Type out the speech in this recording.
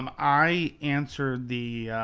um i answered the